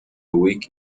week